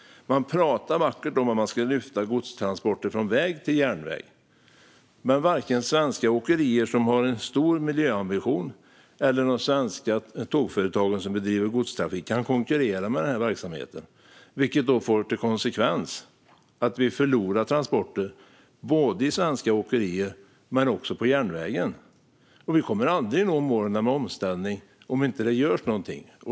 Man pratar vackert om att lyfta godstransporter från väg till järnväg, men varken svenska åkerier med stor miljöambition eller de svenska tågföretag som bedriver godstrafik kan konkurrera med verksamheten. Konsekvensen blir förlorade transporter för både svenska åkerier och järnvägen. Vi kommer aldrig att nå målen för omställning om inte något görs.